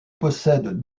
possède